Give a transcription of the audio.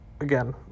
again